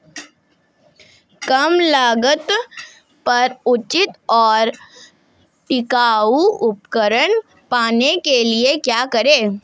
कम लागत पर उचित और टिकाऊ उपकरण पाने के लिए क्या करें?